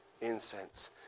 incense